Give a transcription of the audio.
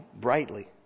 brightly